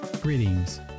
Greetings